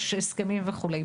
יש הסכמים וכולי.